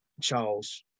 Charles